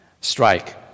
Strike